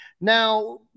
Now